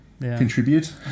contribute